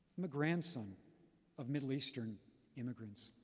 i'm a grandson of middle eastern immigrants.